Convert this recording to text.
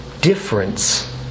difference